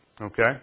Okay